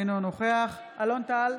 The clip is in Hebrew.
אינו נוכח אלון טל,